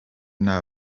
know